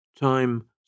Time